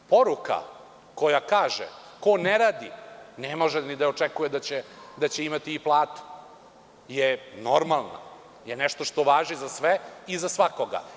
Poruka koja kaže – ko ne radi ne može da očekuje da će imati platu jer normalna i to je nešto što važi za sve i za svakoga.